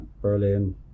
Berlin